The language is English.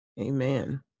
Amen